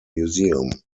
museum